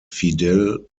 fidel